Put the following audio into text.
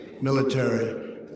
military